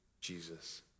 Jesus